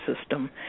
system